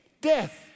death